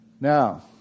Now